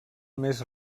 més